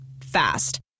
Fast